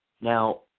Now